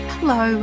Hello